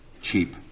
cheap